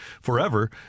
forever